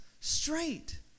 straight